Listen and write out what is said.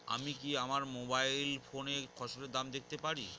আমি কি আমার মোবাইল ফোনে ফসলের দাম দেখতে পারি?